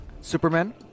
Superman